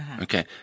Okay